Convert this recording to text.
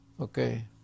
okay